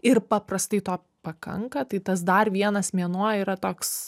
ir paprastai to pakanka tai tas dar vienas mėnuo yra toks